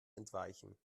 entweichen